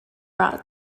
brought